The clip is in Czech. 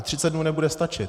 Třicet dnů nebude stačit.